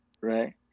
Right